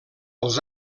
els